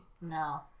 No